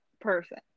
person